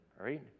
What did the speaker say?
right